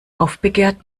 aufbegehrt